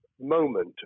moment